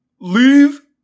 Leave